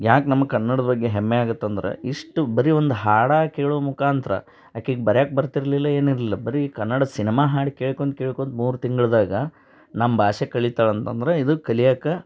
ಯಾಕೆ ನಮ್ಮ ಕನ್ನಡದ ಬಗ್ಗೆ ಹೆಮ್ಮೆ ಆಗುತ್ತೆ ಅಂದ್ರೆ ಇಷ್ಟು ಬರೀ ಒಂದು ಹಾಡೇ ಕೇಳೋ ಮುಖಾಂತರ ಆಕೆಗ್ ಬರ್ಯಾಕೆ ಬರ್ತಿರಲಿಲ್ಲ ಏನೂ ಇರಲಿಲ್ಲ ಬರೀ ಕನ್ನಡ ಸಿನ್ಮಾ ಹಾಡು ಕೇಳ್ಕೊಂತ ಕೇಳ್ಕೊಂತ ಮೂರು ತಿಂಗಳ್ದಾಗೆ ನಮ್ಮ ಭಾಷೆ ಕಲಿತಾಳೆ ಅಂತಂದ್ರೆ ಇದು ಕಲಿಯಕ್ಕೆ